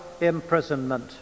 imprisonment